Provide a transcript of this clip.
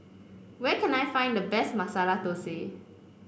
where can I find the best Masala Thosai